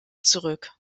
zurück